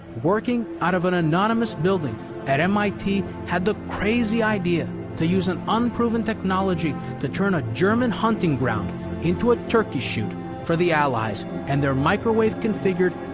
working out of an anonymous building at mit, had the crazy idea to use an unproven technology to turn a german hunting ground into a turkey shoot for the allies, and their microwave-configured,